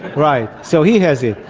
right, so he has it.